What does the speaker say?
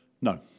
No